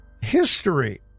history